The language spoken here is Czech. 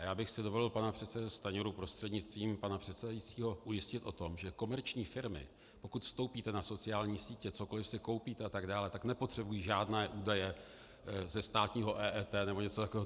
Já bych si dovolil pana předsedu Stanjuru prostřednictvím pana předsedajícího ujistit o tom, že komerční firmy, pokud vstoupíte na sociální sítě, cokoliv si koupíte atd., tak nepotřebují žádné údaje ze státního EET nebo něco takového.